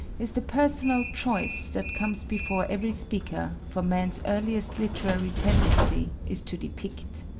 is the personal choice that comes before every speaker, for man's earliest literary tendency is to depict.